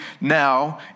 now